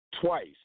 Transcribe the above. Twice